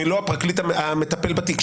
ולא הפרקליט המטפל בתיק.